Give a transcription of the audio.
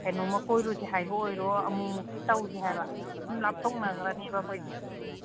ꯀꯩꯅꯣꯃ ꯀꯣꯏꯔꯨꯁꯤ ꯍꯥꯏꯕ ꯑꯣꯏꯔꯣ ꯑꯃꯨꯛ ꯃꯨꯛꯇꯤ ꯇꯧꯁꯤ ꯍꯥꯏꯕ ꯁꯨꯝ ꯂꯥꯞꯊꯣꯛꯅꯒꯈ꯭ꯔꯅꯦꯕ ꯑꯩꯈꯣꯏꯁꯦ